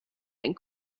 and